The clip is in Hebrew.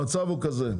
המצב הוא כזה.